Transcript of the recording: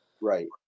Right